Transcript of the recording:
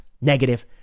negative